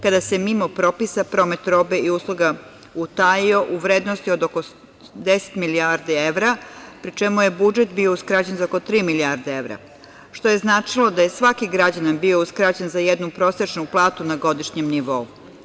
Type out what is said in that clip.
Kada se mimo propisa promet robe i usluga utajio u vrednosti od oko 10 milijardi evra, pri čemu je budžet bio uskraćen za oko tri milijarde evra, što je značilo da je svaki građanin bio uskraćen za jednu prosečnu platu na godišnjem nivou.